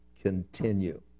continue